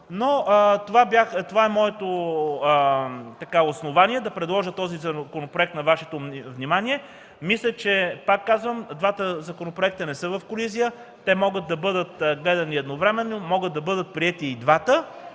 Това е моето основание да предложа този законопроект на Вашето внимание. Пак казвам, мисля, че двата законопроекта не са в колизия. Те могат да бъдат гледани едновременно, да бъдат приети и двата